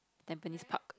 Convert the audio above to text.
tampines park